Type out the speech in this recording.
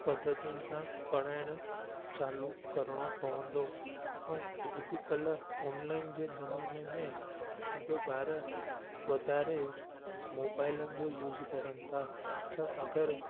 पध्धतियुनि सां पढ़ाइणु चालू करिणो पवंदो ऐं अॼुकल्ह ऑनलाइन जे ज़माने में सभु ॿार वधारे मोबाइलनि जो यूज़ करनि था त अगरि